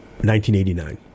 1989